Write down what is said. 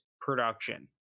production